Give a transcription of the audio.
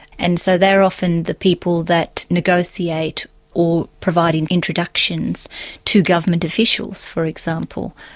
and so they're often the people that negotiate or provide and introductions to government officials, for example,